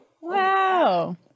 Wow